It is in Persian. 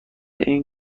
این